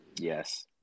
Yes